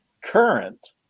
Current